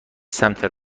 سمت